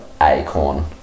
acorn